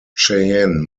cheyenne